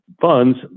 funds